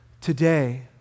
today